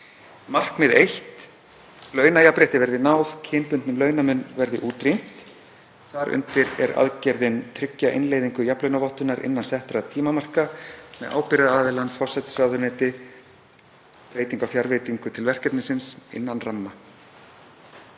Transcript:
„Markmið 1: Launajafnrétti verði náð – kynbundnum launamun verði útrýmt.“ Þar undir er aðgerðin að tryggja innleiðingu jafnlaunavottunar innan settra tímamarka með ábyrgðaraðilann forsætisráðuneyti og breytingu á fjárveitingu til verkefnisins innan ramma.